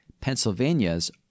Pennsylvania's